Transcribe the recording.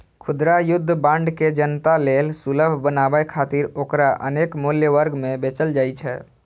खुदरा युद्ध बांड के जनता लेल सुलभ बनाबै खातिर ओकरा अनेक मूल्य वर्ग मे बेचल जाइ छै